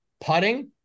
putting